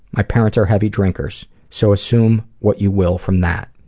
my parents are heavy drinkers, so assume what you will from that.